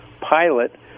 pilot